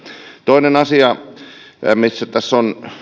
toinen asia mistä tässä on